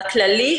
בכללי,